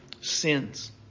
sins